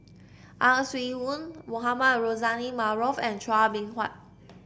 Ang Swee Aun Mohamed Rozani Maarof and Chua Beng Huat